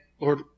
Lord